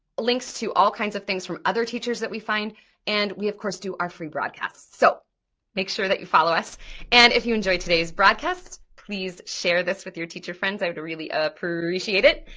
links to all kinds of things from other teachers that we find and we of course do our free broadcasts so make sure that you follow us and if you enjoy today's broadcast, please share this with your teacher friends. i would really ah appreciate it.